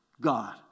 god